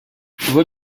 vois